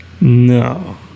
No